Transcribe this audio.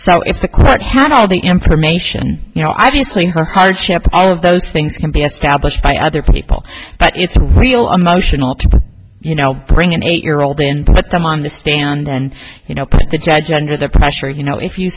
so if the court had all the information you know obviously her hardship all of those things can be established by other people but it's a real a motional to you know bring an eight year old in put them on the stand and you know put the judge under the pressure you know if you